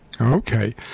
Okay